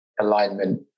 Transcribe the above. alignment